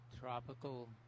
tropical